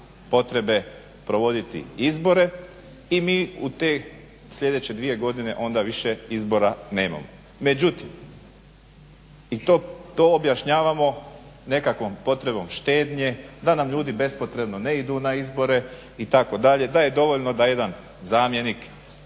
potrebe provoditi izbore i mi u te sljedeće 2 godine onda više izbora nemamo. I to objašnjavamo nekakvom potrebom štednje da nam ljudi bespotrebno ne idu na izbore itd., da je dovoljno da jedan zamjenik